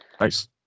Nice